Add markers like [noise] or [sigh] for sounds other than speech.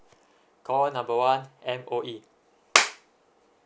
call number one M_O_E [noise]